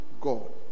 god